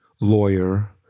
lawyer